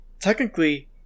technically